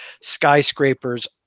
skyscrapers